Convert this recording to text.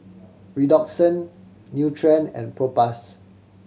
Redoxon Nutren and Propass